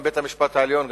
גם בית-המשפט העליון,